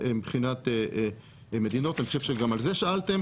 מבחינת מדינות אני חושב שגם על זה שאלתם,